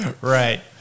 right